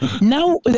Now